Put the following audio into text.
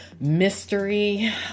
mystery